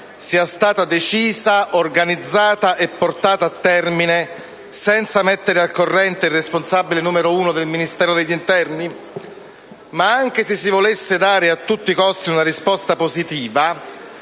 sia stata decisa, organizzata e portata a termine senza mettere al corrente il responsabile numero uno del Ministro dell'interno? Anche se si volesse dare a tutti i costi una risposta positiva,